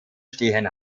stehen